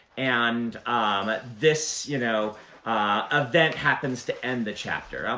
and um ah this you know event happens to end the chapter.